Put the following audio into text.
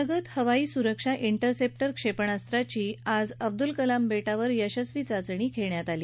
प्रगत हवाई सुरक्षा ठेरसेप्टर क्षेपणास्त्राची आज अब्दुल कलाम बेटावर यशस्वी चाचणी घेण्यात आली